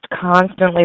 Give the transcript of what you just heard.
constantly